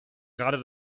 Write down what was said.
gerade